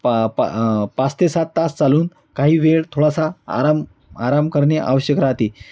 पा पा पाच ते सात तास चालून काही वेळ थोडासा आराम आराम करणे आवश्यक राहते